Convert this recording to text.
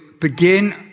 begin